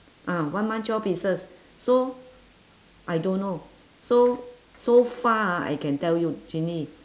ah one month twelve pieces so I don't know so so far ah I can tell you ginny